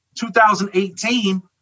2018